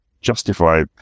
justify